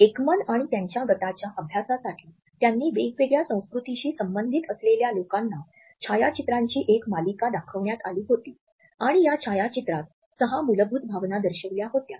Ekman आणि त्याच्या गटाच्या अभ्यासासाठी त्यांनी वेगवेगळ्या संस्कृतीशी संबंधित असलेल्या लोकांना छायाचित्रांची एक मालिका दाखविण्यात आली होती आणि या छायाचित्रांत सहा मूलभूत भावना दर्शविल्या होत्या